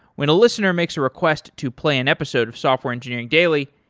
when a listener makes a request to play an episode of software engineering daily,